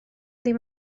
ddim